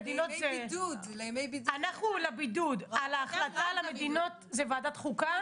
אנחנו לבידוד על ההחלטה על המדינות זה ועדת חוקה?